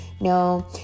no